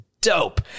dope